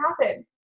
happen